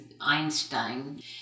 Einstein